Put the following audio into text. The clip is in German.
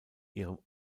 ihrem